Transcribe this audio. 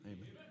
Amen